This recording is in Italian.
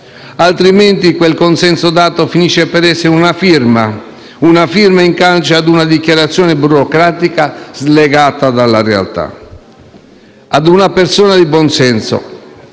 Altrimenti quel consenso dato finisce per essere una firma in calce a una dichiarazione burocratica slegata dalla realtà. A una persona di buon senso